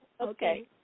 Okay